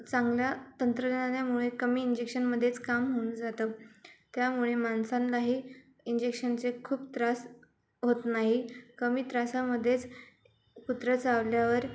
चांगल्या तंत्रज्ञानामुळे कमी इंजेक्शनमधेच काम होऊन जातं त्यामुळे माणसांनाही इंजेक्शनचे खूप त्रास होत नाही कमी त्रासामधेच कुत्रं चावल्यावर